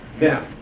Now